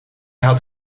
had